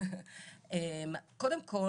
קודם כל,